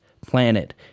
Planet